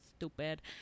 stupid